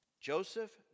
Joseph